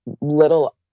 little